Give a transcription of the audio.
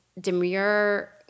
demure